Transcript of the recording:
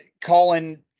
Colin